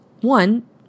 one